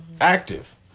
Active